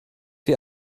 wir